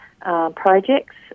projects